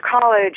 college